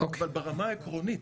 אבל ברמה העקרונית,